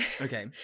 okay